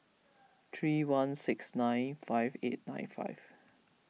three one six nine five eight nine five